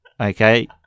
Okay